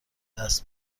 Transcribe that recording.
دست